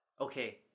Okay